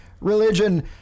religion